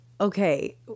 Okay